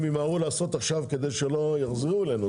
ימהרו לעשות עכשיו כדי שלא יחזרו אלינו.